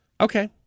Okay